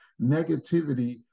negativity